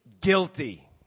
guilty